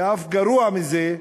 ואף גרוע מזה,